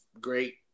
great